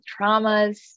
traumas